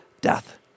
death